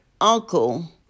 uncle